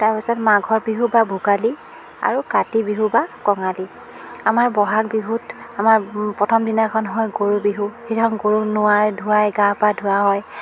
তাৰ পিছত মাঘৰ বিহু বা ভোগালী আৰু কাতি বিহু বা কঙালী আমাৰ বহাগ বিহুত আমাৰ প্ৰথম দিনাখন হয় গৰু বিহু সেইদিনাখন গৰু নোৱায় ধোৱায় গা পা ধুওৱা হয়